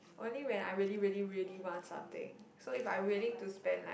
only when I really really really want something so if I willing to spend like